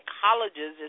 colleges